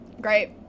Great